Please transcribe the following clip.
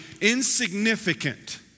insignificant